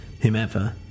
whomever